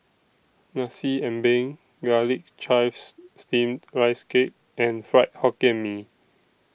Nasi Ambeng Garlic Chives Steamed Rice Cake and Fried Hokkien Mee